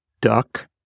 Duck